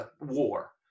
war